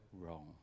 wrong